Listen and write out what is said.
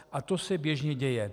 A to se běžně děje.